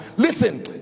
Listen